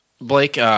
Blake